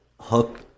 hook